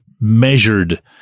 measured